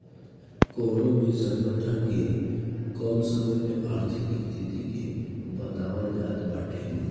कवनो भी संगठन के कम समय में आर्थिक स्थिति के बतावल जात बाटे